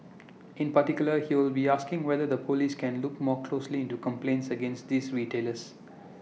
in particular he will be asking whether the Police can look more closely into complaints against these retailers